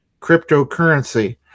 cryptocurrency